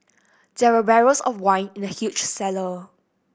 there were barrels of wine in the huge cellar